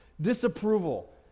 Disapproval